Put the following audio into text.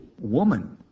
woman